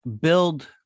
build